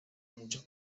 muchos